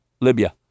Libya